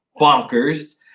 bonkers